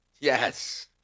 Yes